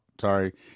sorry